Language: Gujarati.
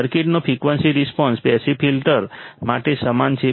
સર્કિટનો ફ્રિકવન્સી રિસ્પોન્સ પેસિવ ફિલ્ટર માટે સમાન છે